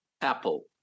Apple